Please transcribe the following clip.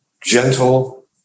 gentle